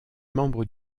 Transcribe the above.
membres